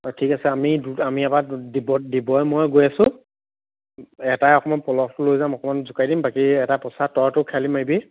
ঠিক আছে আমি দুটা আমি ইয়াৰ পৰা দিব্য়ই মইয়ে গৈ আছো এটা মই পলহটো লৈ যাম অকণমান জোকাৰি দিম বাকী এটাই পছা তইটো খেয়ালি মাৰিবি